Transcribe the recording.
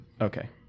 Okay